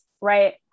right